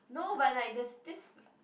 no but like there's this